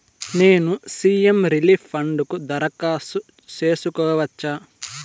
నేను CM relief fund కు దరఖాస్తు సేసుకోవచ్చా?